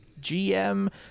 GM